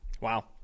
Wow